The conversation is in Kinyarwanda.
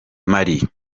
mali